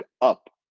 up